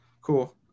Cool